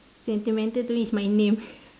sentimental to me is my name